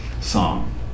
song